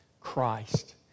Christ